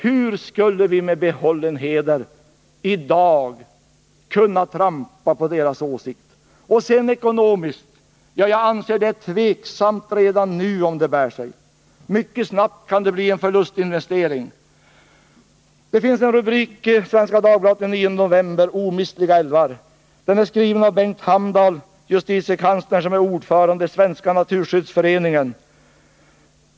Hur skulle vi med behållen heder i dag kunna trampa på den åsikt som de som bor där har? Ekonomiskt anser jag att det är tveksamt redan nu huruvida en utbyggnad bär sig. Mycket snabbt kan det bli en förlustinvestering. Det finns en rubrik i Svenska Dagbladet den 9 november: ”Omistliga älvar”. Artikeln är skriven av Bengt Hamdahl, justitiekanslern som är ordförande i Svenska naturskyddsföreningen.